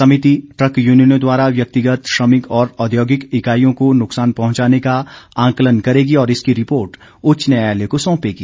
समिति ट्रक यूनियनों द्वारा व्यक्तिगत श्रमिकों और औद्योगिक इकाईयों को नुकसान पहंचाने का आंकलन करेगी और इसकी रिपोर्ट उच्च न्यायालय को सौंपेगी